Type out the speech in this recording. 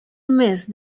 mes